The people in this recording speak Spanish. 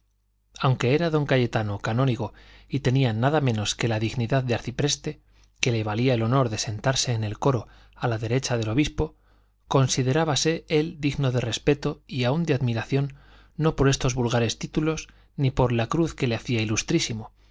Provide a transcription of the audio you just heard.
aunque era don cayetano canónigo y tenía nada menos que la dignidad de arcipreste que le valía el honor de sentarse en el coro a la derecha del obispo considerábase él digno de respeto y aun de admiración no por estos vulgares títulos ni por la cruz que le hacía ilustrísimo